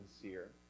sincere